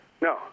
No